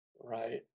Right